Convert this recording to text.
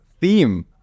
theme